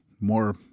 more